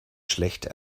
schlecht